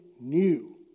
new